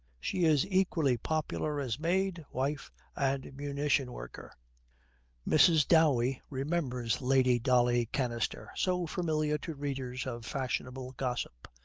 she is equally popular as maid, wife and munition-worker mrs. dowey remembers lady dolly kanister, so familiar to readers of fashionable gossip,